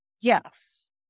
Yes